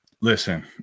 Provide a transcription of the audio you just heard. Listen